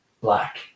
black